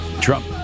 Trump